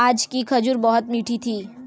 आज की खजूर बहुत मीठी थी